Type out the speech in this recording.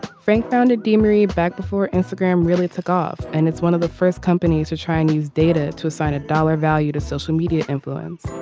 frank founded demetri back before instagram really took off. and it's one of the first companies to try and use data to assign a dollar value to social media influence.